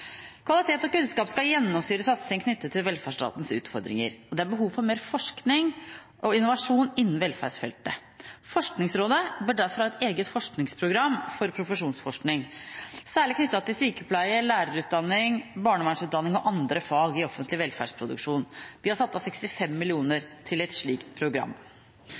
Kvalitet og kunnskap skal gjennomsyres av satsing knyttet til velferdsstatens utfordringer. Det er behov for mer forskning og innovasjon innen velferdsfeltet. Forskningsrådet bør derfor ha et eget forskningsprogram for profesjonsforskning, særlig knyttet til sykepleie, lærerutdanning, barnevernsutdanning og andre fag i offentlig velferdsproduksjon. Vi har satt av 65 mill. kr til et slikt program.